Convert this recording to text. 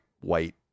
white